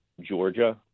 Georgia